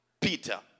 Peter